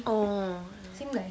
oh ya